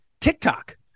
TikTok